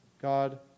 God